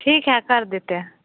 ठीक है कर देते हैं